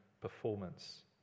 performance